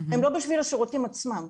הם לא בשביל השירותים עצמם.